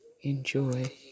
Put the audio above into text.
enjoy